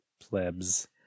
Plebs